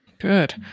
Good